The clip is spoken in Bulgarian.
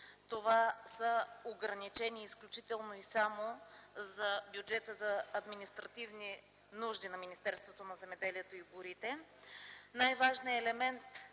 Това са ограничения изключително и само за бюджета за административни нужди на Министерството на земеделието и горите. Най-важният елемент